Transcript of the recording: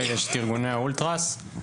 יש את ארגוני האולטראס,